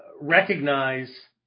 recognize